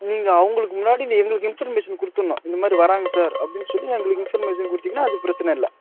நீங்கள் அவங்களுக்கு முன்னாடி நீ எங்களுக்கு இன்ஃபர்மேஷன் கொடுத்துட்னும் இந்த மாதிரி வர்றாங்க சார் அப்படின்னு சொல்லி எங்களுக்கு இன்ஃபர்மேஷன் கொடுத்தீங்கன்னா அது பிரச்சனை இல்லை